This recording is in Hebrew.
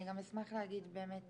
אני גם אשמח להגיד באמת